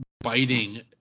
biting